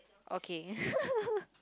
okay